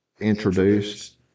introduced